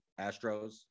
Astros